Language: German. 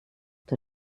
der